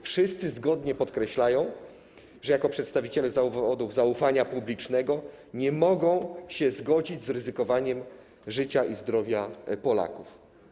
Wszyscy zgodnie podkreślają, że jako przedstawiciele zawodów zaufania publicznego nie mogą się zgodzić z ryzykowaniem życia i zdrowia Polaków.